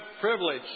privilege